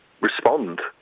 respond